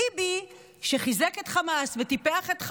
ביבי, שחיזק את חמאס וטיפח את חמאס,